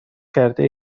کرده